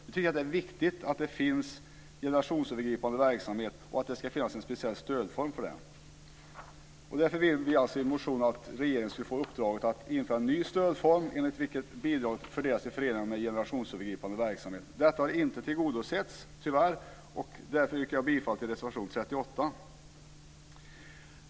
Vi tycker att det är viktigt att det ska finnas en speciell stödform för generationsövergripande verksamhet. Därför vill vi att regeringen ska få uppdraget att införa en ny stödform enligt vilken bidrag fördelas till föreningar med generationsövergripande verksamhet. Detta har tyvärr inte tillgodosetts, och därför yrkar jag bifall till reservation 38.